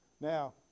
Now